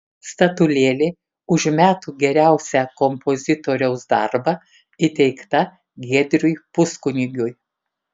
statulėlė už metų geriausią kompozitoriaus darbą įteikta giedriui puskunigiui